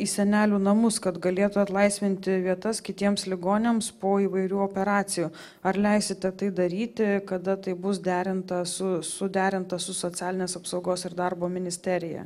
į senelių namus kad galėtų atlaisvinti vietas kitiems ligoniams po įvairių operacijų ar leisite tai daryti kada tai bus derinta su suderinta su socialinės apsaugos ir darbo ministerija